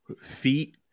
feet